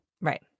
Right